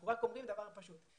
אבל אנחנו אומרים דבר פשוט.